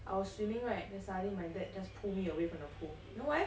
I was swimming right then suddenly my dad just pulled me away from the pool you know why